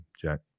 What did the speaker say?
Jack